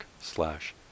slash